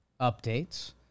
updates